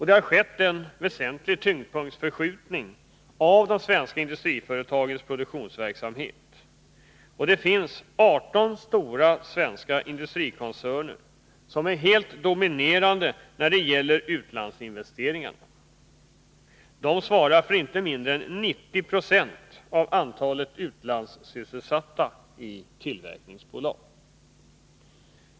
Det har skett en väsentlig tyngdpunktsförskjutning i de svenska industriföretagens produktionsverksamhet. Det finns 18 stora svenska industrikoncerner som är helt dominerande när det gäller utlandsinvesteringarna. De svarar för inte mindre än 90 26 av antalet utlandssysselsatta i tillverkningsbolag.